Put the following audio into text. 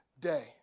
day